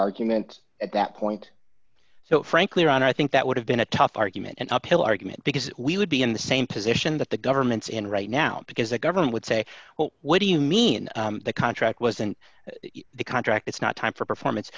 argument at that point so frankly ron i think that would have been a tough argument and uphill argument because we would be in the same position that the government's in right now because the government would say well what do you mean the contract wasn't the contract it's not time for performance